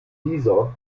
dieser